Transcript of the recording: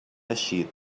eixit